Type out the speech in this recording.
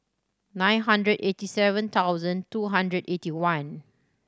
nine hundred eighty seven thousand two hundred eighty one